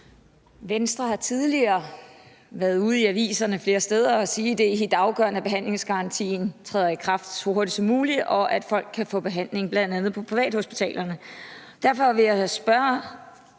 Venstre har tidligere været ude flere steder i aviserne og sige, at det er helt afgørende, at behandlingsgarantien træder i kraft så hurtigt som muligt, og at folk kan få behandling, bl.a. på privathospitalerne. Derfor vil jeg spørge